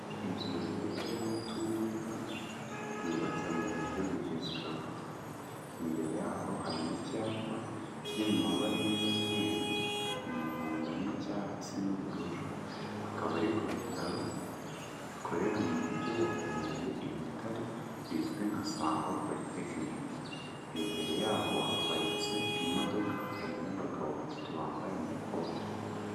Inzu nziza y'umuturirwa yubatse mu buryo bugezweho imbere yaho hari icyapa kiri mu mabare y'umweru, umuhondo n'icyatsi n'ubururu akaba ari ku bitaro bikorera mu mujyi wa Huye i Butare bizwi nka Sangwa palytechnic imbere yaho haparitse imodoka hari n'abagabo batatu bambaye amakote.